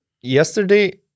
Yesterday